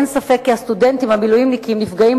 אין ספק כי הסטודנטים המילואימניקים נפגעים